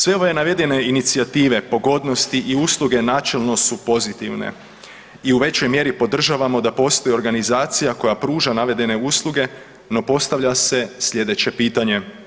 Sve ove navedene inicijative pogodnosti i usluge načelno su pozitivne i u većoj mjeri podržavamo da postoji organizacija koja pruža navedene usluge no postavlja se slijedeće pitanje.